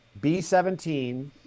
B17